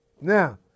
Now